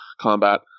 combat